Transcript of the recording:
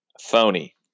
phony